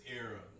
era